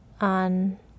on